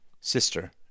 sister